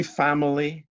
family